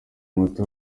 muti